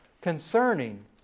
concerning